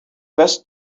best